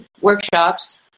workshops